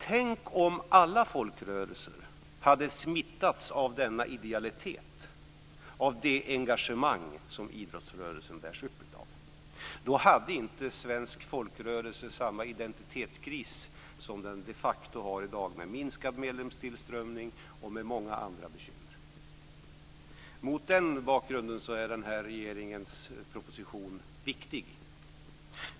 Tänk om alla folkrörelser hade smittats av denna idealitet och av det engagemang som idrottsrörelsen bärs upp av. Då hade svensk folkrörelse inte haft samma identitetskris som den de facto har i dag med minskad medlemstillströmning och med många andra bekymmer. Mot denna bakgrund är denna regerings proposition viktig.